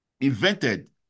invented